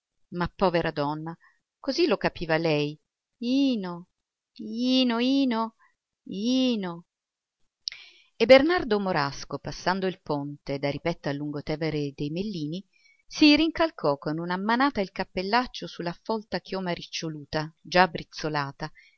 ma povera donna così lo capiva lei ino ino ino ino e bernardo morasco passando il ponte da ripetta al lungotevere dei mellini si rincalcò con una manata il cappellaccio su la folta chioma riccioluta già brizzolata